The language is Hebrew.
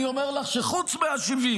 אני אומר לך שחוץ מה-70,